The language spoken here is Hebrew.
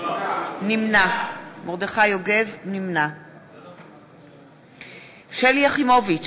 נמנע שלי יחימוביץ,